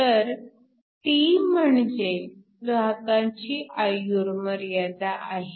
तर τ म्हणजे वाहकांची आयुर्मर्यादा आहे